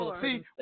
See